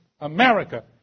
America